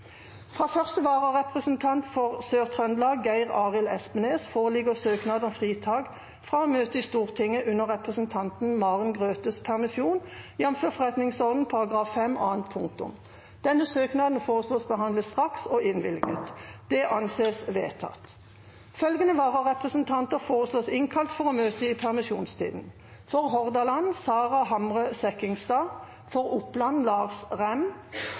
Fra første vararepresentant for Sør-Trøndelag, Geir Arild Espnes , foreligger søknad om fritak fra å møte i Stortinget under representanten Maren Grøthes permisjon, jf. Stortingets forretningsorden § 5 annet punktum. Etter forslag fra presidenten ble enstemmig besluttet: Søknaden behandles straks og innvilges. Følgende vararepresentanter innkalles for å møte i permisjonstiden: For Hordaland: Sara Hamre Sekkingstad For Oppland: Lars